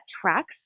tracks